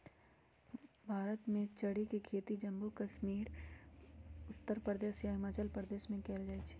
भारत में चेरी के खेती जम्मू कश्मीर उत्तर प्रदेश आ हिमाचल प्रदेश में कएल जाई छई